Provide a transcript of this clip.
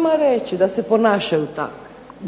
Vrijeme za ispravak